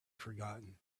forgotten